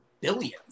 billions